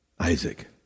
Isaac